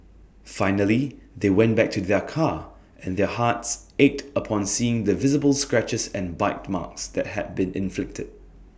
finally they went back to their car and their hearts ached upon seeing the visible scratches and bite marks that had been inflicted